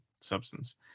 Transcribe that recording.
substance